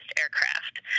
aircraft